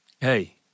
hey